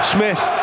Smith